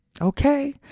Okay